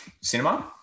cinema